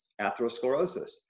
atherosclerosis